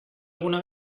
alguna